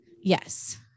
Yes